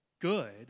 good